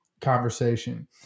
conversation